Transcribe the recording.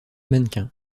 mannequin